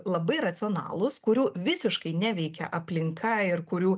labai racionalūs kurių visiškai neveikia aplinka ir kurių